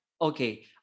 Okay